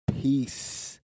Peace